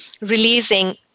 releasing